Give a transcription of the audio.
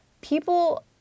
people